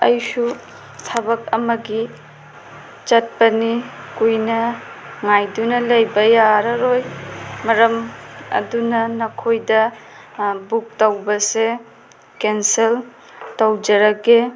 ꯑꯩꯁꯨ ꯊꯕꯛ ꯑꯃꯒꯤ ꯆꯠꯄꯅꯤ ꯀꯨꯏꯅ ꯉꯥꯏꯗꯨꯅ ꯂꯩꯕ ꯌꯥꯔꯔꯣꯏ ꯃꯔꯝ ꯑꯗꯨꯅ ꯅꯈꯣꯏꯗ ꯕꯨꯛ ꯇꯧꯕꯁꯦ ꯀꯦꯟꯁꯦꯜ ꯇꯧꯖꯔꯒꯦ